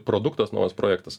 produktas naujas projektas